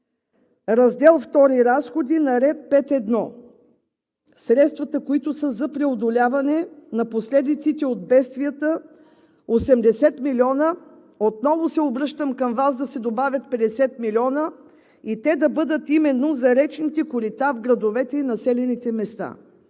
Раздел II – Разходи, на ред 5.1 – средствата за преодоляване на последиците от бедствията – 80 млн. лв. Отново се обръщам към Вас да се добавят 50 млн. лв. и те да бъдат именно за речните корита в градовете и в населените места,